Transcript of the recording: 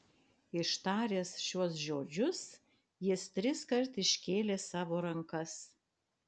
ištaręs šiuos žodžius jis triskart iškėlė savo rankas